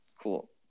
cool